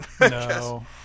No